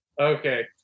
Okay